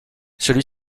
celui